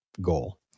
goal